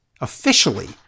officially